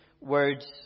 words